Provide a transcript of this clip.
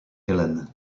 helen